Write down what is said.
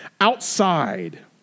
Outside